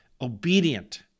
obedient